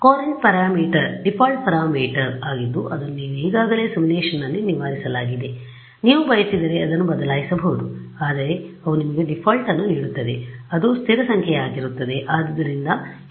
Courant parameter default parameter ಆಗಿದ್ದು ಅದನ್ನು ನೀವು ಈಗಾಗಲೇ ಸಿಮ್ಯುಲೇಶನ್ನಲ್ಲಿ ನಿವಾರಿಸಲಾಗಿದೆ ನೀವು ಬಯಸಿದರೆ ಅದನ್ನು ಬದಲಾಯಿಸಬಹುದು ಆದರೆ ಅವು ನಿಮಗೆ ಡೀಫಾಲ್ಟ್ ಅನ್ನು ನೀಡುತ್ತವೆ ಅದು ಸ್ಥಿರ ಸಂಖ್ಯೆಯಾಗಿರುತ್ತದೆ